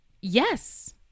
Yes